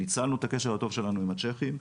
ניצלנו את הקשר הטוב שלנו עם הצ'כים.